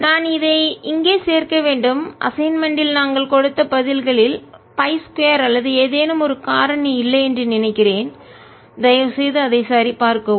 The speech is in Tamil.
நான் அதை இங்கே சேர்க்க வேண்டும் அசைன்மென்ட் யில் நாங்கள் கொடுத்த பதில்களில் π 2 அல்லது ஏதேனும் ஒரு காரணி இல்லை என்று நினைக்கிறேன் தயவுசெய்து அதை சரிபார்க்கவும்